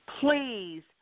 please